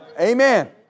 Amen